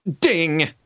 Ding